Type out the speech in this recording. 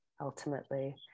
ultimately